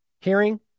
Hearing